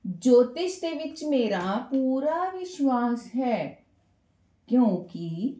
ਜੋਤਿਸ਼ ਦੇ ਵਿੱਚ ਮੇਰਾ ਪੂਰਾ ਵਿਸ਼ਵਾਸ ਹੈ ਕਿਉਂਕਿ